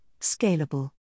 Scalable